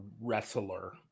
wrestler